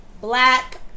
black